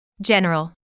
General